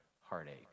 heartache